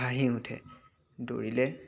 ভাঁহি উঠে দৌৰিলে